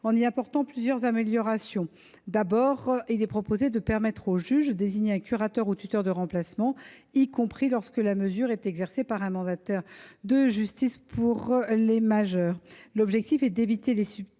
en y apportant plusieurs améliorations. D’abord, il s’agira de permettre au juge de désigner un curateur ou tuteur de remplacement, y compris lorsque la mesure est exercée par un mandataire de justice pour les majeurs (MJPM). L’objectif est d’éviter les